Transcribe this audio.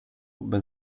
ben